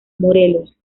morelos